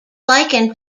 likened